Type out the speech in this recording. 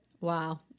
Wow